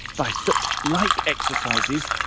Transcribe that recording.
by such like exercises,